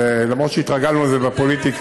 אם היא הייתה עושה את זה היא הייתה